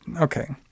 okay